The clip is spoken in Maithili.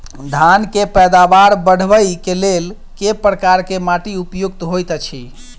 धान केँ पैदावार बढ़बई केँ लेल केँ प्रकार केँ माटि उपयुक्त होइत अछि?